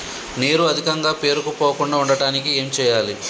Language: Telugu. నీరు అధికంగా పేరుకుపోకుండా ఉండటానికి ఏం చేయాలి?